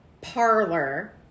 parlor